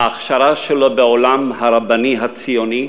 ההכשרה שלו בעולם הרבני הציוני,